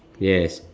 yes